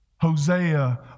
Hosea